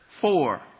four